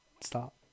Stop